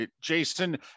Jason